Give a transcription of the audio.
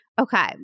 Okay